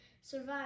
survive